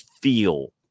feel